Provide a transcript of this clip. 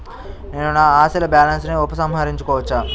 నేను నా అసలు బాలన్స్ ని ఉపసంహరించుకోవచ్చా?